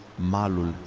malos